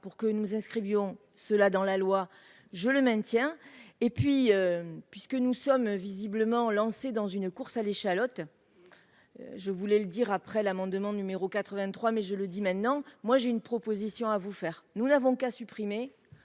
pour que nous nous inscrivions cela dans la loi, je le maintiens, et puis, puisque nous sommes visiblement lancés dans une course à l'échalote, je voulais le dire après l'amendement numéro 83 mais je le dis maintenant moi j'ai une proposition à vous faire, nous n'avons qu'à supprimer